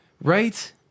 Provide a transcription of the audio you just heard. Right